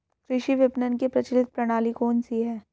कृषि विपणन की प्रचलित प्रणाली कौन सी है?